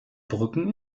brücken